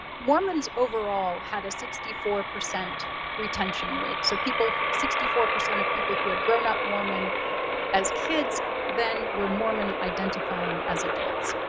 mormons overall had a sixty four percent retention rate. so people, sixty four percent of people who had grown up mormon as kids then were mormon identifying as adults.